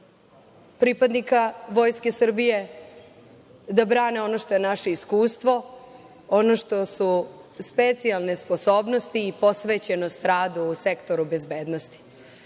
pripadnika Vojske Srbije, da brane ono što je naše iskustvo, ono što su specijalne sposobnosti i posvećenost radu u sektoru bezbednosti.